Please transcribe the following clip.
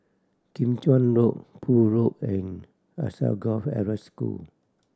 Kim Chuan Road Poole Road and Alsagoff Arab School